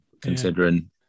considering